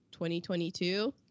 2022